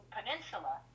Peninsula